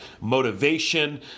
motivation